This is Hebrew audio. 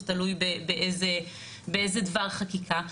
תלוי באיזה דבר חקיקה,